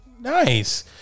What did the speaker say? Nice